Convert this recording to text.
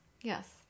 Yes